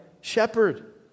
shepherd